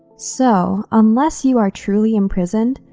so unless you are truly imprisoned,